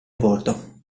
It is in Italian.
bordo